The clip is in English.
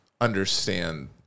understand